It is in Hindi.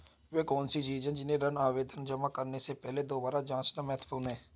वे कौन सी चीजें हैं जिन्हें ऋण आवेदन जमा करने से पहले दोबारा जांचना महत्वपूर्ण है?